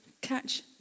catch